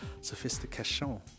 sophistication